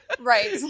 Right